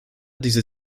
diese